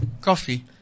coffee